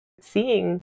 seeing